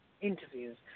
interviews